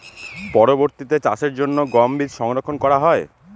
পরবর্তিতে চাষের জন্য গম বীজ সংরক্ষন করা হয়?